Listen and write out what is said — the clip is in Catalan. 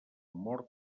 mort